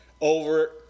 over